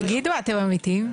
תגידו, אתם אמיתיים?